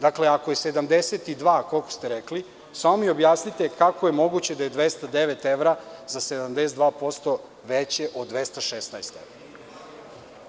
Dakle, ako je 72%, koliko ste rekli, samo mi objasnite kako je moguće da je 209 evra za 72% veće od 216 evra?